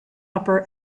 upper